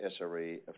SRE